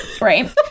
Right